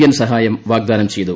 N സഹായം വാഗ്ദാനം ചെയ്തു